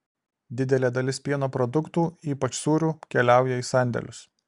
didelė dalis pieno produktų ypač sūrių keliauja į sandėlius